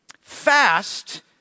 fast